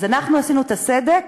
אז אנחנו עשינו את הסדק,